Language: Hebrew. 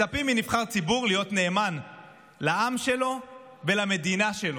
מצפים מנבחר ציבור להיות נאמן לעם שלו ולמדינה שלו,